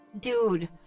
dude